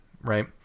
right